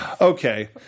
Okay